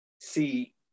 see